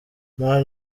mar